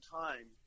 time